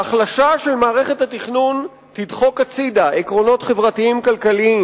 ההחלשה של מערכת התכנון תדחק הצדה עקרונות חברתיים-כלכליים,